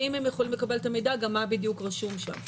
האם הם יכולים לקבל את המידע גם מה בדיוק רשום שם?